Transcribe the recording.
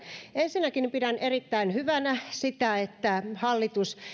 ensinnäkin pidän erittäin hyvänä sitä että hallitus